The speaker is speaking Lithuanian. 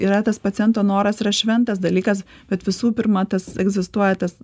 yra tas paciento noras yra šventas dalykas bet visų pirma tas egzistuoja tas